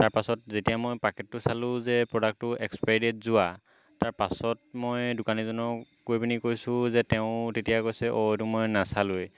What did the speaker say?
তাৰপাছত যেতিয়া মই পেকেটটো চালোঁ যে প্ৰডাক্টটো এক্সপাইৰী ডেট যোৱা তাৰপাছত মই দোকানীজনক গৈ পিনি কৈছোঁ যে তেওঁ তেতিয়া কৈছে অ' এইটো মই নাচালোঁৱেই